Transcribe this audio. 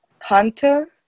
Hunter